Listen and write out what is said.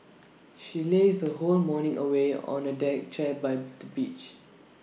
she lazed her whole morning away on A deck chair by the beach